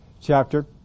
chapter